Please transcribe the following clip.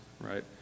right